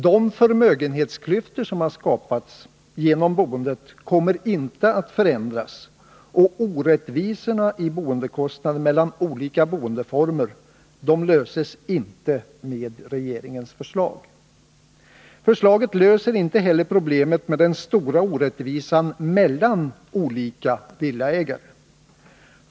De förmögenhetsklyftor som skapats genom boendet kommer inte att förändras, och orättvisorna i boendekostnader mellan olika boendeformer löses inte med regeringens förslag. Förslaget löser heller inte problemet med den stora orättvisan mellan olika Nr 51 villaägare.